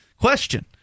Question